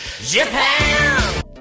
Japan